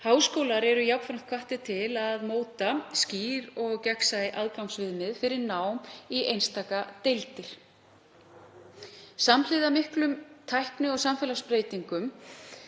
Háskólar eru jafnframt hvattir til að móta skýr og gegnsæ aðgangsviðmið fyrir nám í einstaka deildum. Samhliða miklum tækni- og samfélagsbreytingum,